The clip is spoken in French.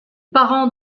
parents